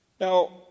Now